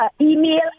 email